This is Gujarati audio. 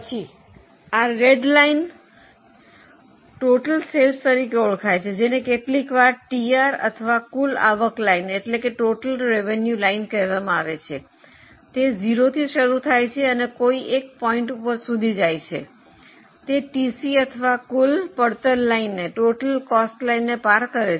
પછી આ રેડ લાઇન કુલ વેચાણ તરીકે ઓળખાય છે જેને કેટલીકવાર ટીઆર અથવા કુલ આવક લાઇન કહેવામાં આવે છે તે 0 થી શરૂ થાય છે અને તે કોઈ એક બિંદુ સુધી જાય છે તે ટીસી અથવા કુલ પડતર લાઇનને પાર કરે છે